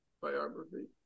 biography